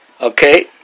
Okay